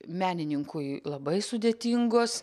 menininkui labai sudėtingos